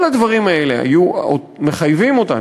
כל הדברים האלה היו מחייבים אותנו,